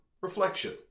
reflection